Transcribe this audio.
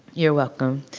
you're welcome.